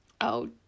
Oh